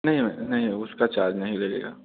नहीं नहीं उसका चार्ज नहीं लगेगा